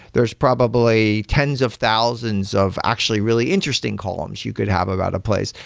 there's probably tens of thousands of actually really interesting columns you could have about a place.